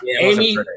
Amy